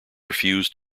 refuse